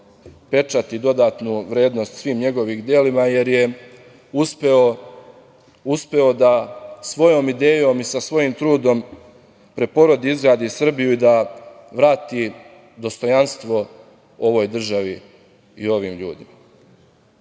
pečat i dodatnu vrednost svim njegovim delima, jer je uspeo da svojom idejom i svojim trudom preporodi, izgradi Srbiju i da vrati dostojanstvo ovoj državi i ovim ljudima. Tako